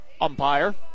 umpire